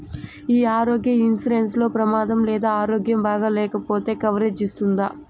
ఈ ఆరోగ్య ఇన్సూరెన్సు లో ప్రమాదం లేదా ఆరోగ్యం బాగాలేకపొతే కవరేజ్ ఇస్తుందా?